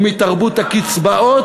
ומתרבות הקצבאות,